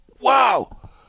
wow